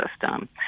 system